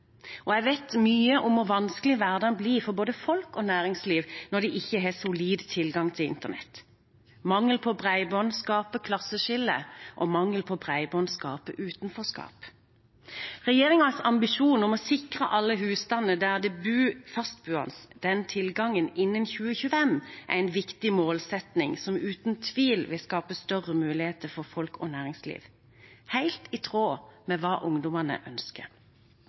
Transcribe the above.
Jeg vet mye om hvor vanskelig hverdagen blir for både folk og næringsliv når de ikke har solid tilgang til internett. Mangel på bredbånd skaper klasseskiller, og mangel på bredbånd skaper utenforskap. Regjeringens ambisjon om å sikre alle husstander der det er fastboende den tilgangen innen 2025, er en viktig målsetting som uten tvil vil skape større muligheter for folk og næringsliv, helt i tråd med hva ungdommene ønsker.